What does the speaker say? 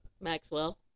Maxwell